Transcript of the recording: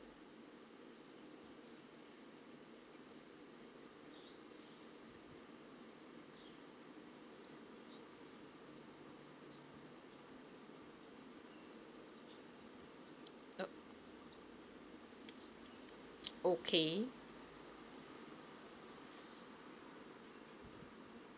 ok~ okay